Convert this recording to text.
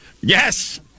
Yes